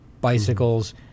bicycles